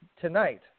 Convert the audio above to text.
tonight